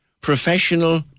professional